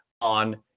on